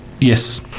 Yes